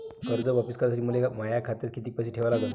कर्ज वापिस करासाठी मले माया खात्यात कितीक पैसे ठेवा लागन?